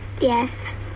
Yes